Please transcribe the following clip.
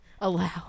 allow